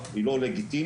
היא לא לגיטימית,